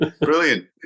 Brilliant